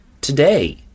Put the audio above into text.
today